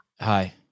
Hi